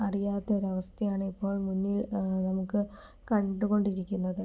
അറിയാത്ത ഒരു അവസ്ഥയാണ് ഇപ്പോൾ മുന്നിൽ നമുക്ക് കണ്ടുകൊണ്ടിരിക്കുന്നത്